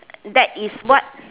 that is what